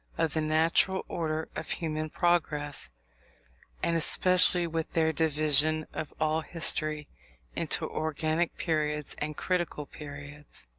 of the natural order of human progress and especially with their division of all history into organic periods and critical periods.